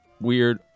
weird